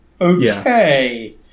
Okay